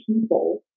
people